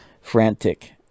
Frantic